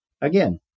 Again